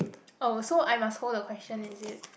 oh I must hold the question is it